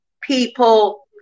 people